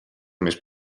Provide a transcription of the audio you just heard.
més